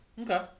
Okay